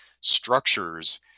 structures